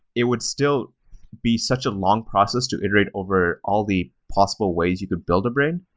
it would still be such a long process to iterate over all the possible ways you could build a brain.